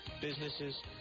businesses